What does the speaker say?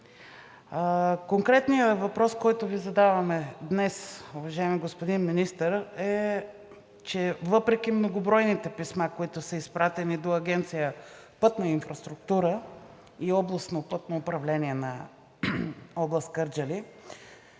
Конкретният въпрос, който Ви задаваме днес, уважаеми господин Министър, е, че въпреки многобройните писма, които са изпратени до Агенция „Пътна инфраструктура“ и Областно пътно управление на област Кърджали,